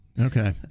Okay